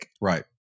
Right